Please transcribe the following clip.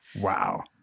Wow